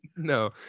no